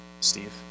Steve